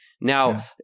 Now